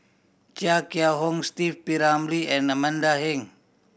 Chia Kiah Hong Steve P Ramlee and Amanda Heng